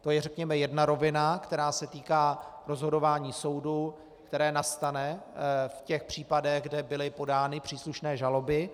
To je řekněme jedna rovina, která se týká rozhodování soudů, které nastane v těch případech, kde byly podány příslušné žaloby.